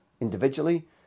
individually